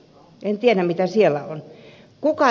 en tiedä mitä siellä on